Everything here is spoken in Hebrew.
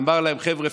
אמר להם: חבר'ה,